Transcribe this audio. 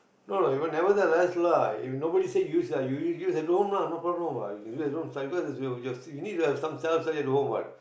no no even nevertheless lah if nobody say use you use at home lah no problem what because you need to have some self study at home what